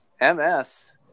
MS